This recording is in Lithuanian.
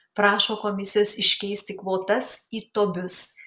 prašo komisijos iškeisti kvotas į tobius